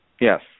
Yes